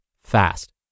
fast